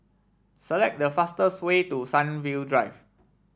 select the fastest way to Sunview Drive